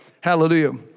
hallelujah